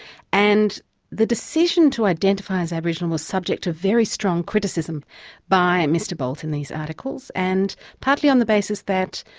and the decision to identify as aboriginal was subject of very strong criticism by mr bolt in these articles, and partly on the basis that,